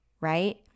right